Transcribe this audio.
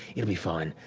it'll be fine.